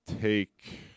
Take